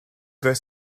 the